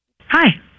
Hi